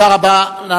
תודה רבה.